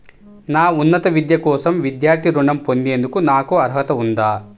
నా ఉన్నత విద్య కోసం విద్యార్థి రుణం పొందేందుకు నాకు అర్హత ఉందా?